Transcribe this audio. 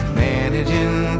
managing